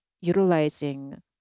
utilizing